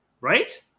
Right